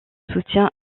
soutien